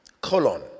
colon